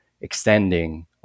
extending